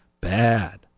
bad